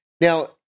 now